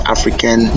African